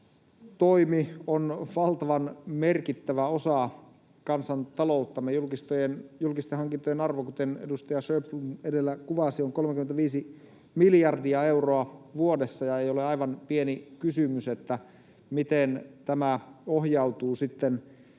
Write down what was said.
on valtavan merkittävä osa kansantalouttamme. Julkisten hankintojen arvo, kuten edustaja Sjöblom edellä kuvasi, on 35 miljardia euroa vuodessa, ja ei ole aivan pieni kysymys, miten tämä ohjautuu sitten